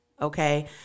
Okay